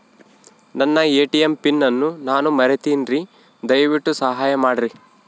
ನನ್ನ ATM pin ಅನ್ನು ನಾನು ಮರಿತಿನ್ರಿ, ದಯವಿಟ್ಟು ಸಹಾಯ ಮಾಡ್ರಿ